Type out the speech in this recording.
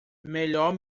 melhor